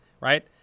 right